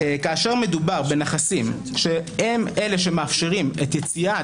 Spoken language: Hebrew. כאשר מדובר בנכסים שהם אלה שמאפשרים את יציאת